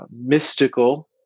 mystical